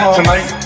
Tonight